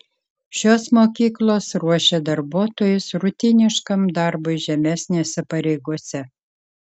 šios mokyklos ruošia darbuotojus rutiniškam darbui žemesnėse pareigose